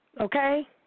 Okay